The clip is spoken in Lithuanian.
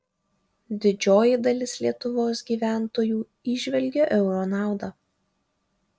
didžioji dalis lietuvos gyventojų įžvelgia euro naudą